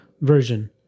version